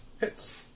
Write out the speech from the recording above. hits